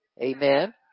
Amen